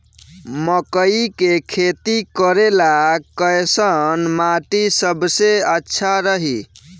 मकई के खेती करेला कैसन माटी सबसे अच्छा रही?